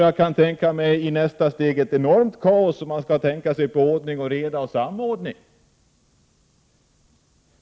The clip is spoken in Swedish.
Jag kan tänka mig ett enormt kaos i nästa steg och inte ordning, reda och samordning.